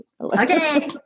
Okay